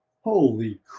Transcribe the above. holy